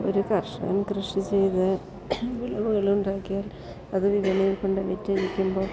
ഒരു കർഷകൻ കൃഷി ചെയ്ത് വിളവുകളുണ്ടാക്കിയാൽ അതു വിപണിയിൽ കൊണ്ടു വിറ്റഴിക്കുമ്പോൾ